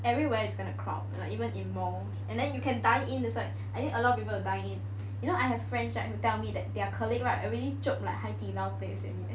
everywhere it's gonna crowd like even in malls and then you can dine in it's like I think a lot of people will dine in you know I have friends right who tell me that their colleague right already chope like hai di lao place already